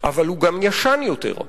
אבל הוא גם ישן יותר,